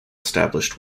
established